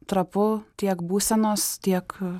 trapu tiek būsenos tiek